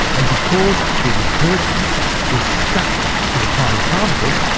and because the detergent was stuck to the tiny particles,